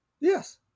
Yes